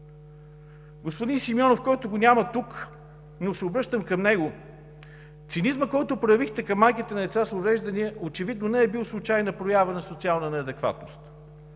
Господин Симеонов го няма тук, но се обръщам към него: цинизмът, който проявихте към майките на деца с увреждания, очевидно не е бил случайна проява на социална неадекватност.